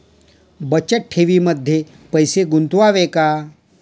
बचत ठेवीमध्ये पैसे गुंतवावे का?